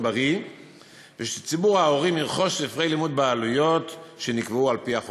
בריא ושציבור ההורים ירכוש ספרי לימוד בעלויות שנקבעו על-פי החוק.